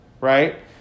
right